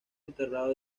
enterrado